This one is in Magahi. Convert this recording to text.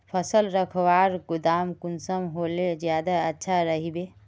फसल रखवार गोदाम कुंसम होले ज्यादा अच्छा रहिबे?